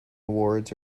awards